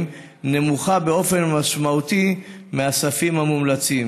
נמוכה באופן משמעותי מהסיפים המומלצים.